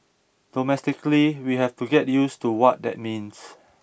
domestically we have to get used to what that means